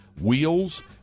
wheels